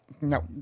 no